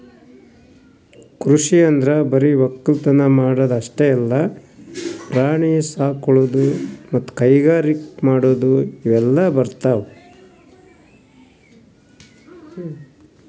ಕೃಷಿ ಅಂದ್ರ ಬರಿ ವಕ್ಕಲತನ್ ಮಾಡದ್ ಅಷ್ಟೇ ಅಲ್ಲ ಪ್ರಾಣಿ ಸಾಕೊಳದು ಮತ್ತ್ ಕೈಗಾರಿಕ್ ಮಾಡದು ಇವೆಲ್ಲ ಬರ್ತವ್